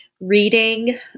reading